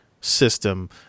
system